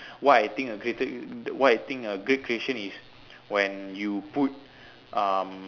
why I think a greater why I think a great creation is when you put um